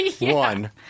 One